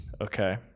Okay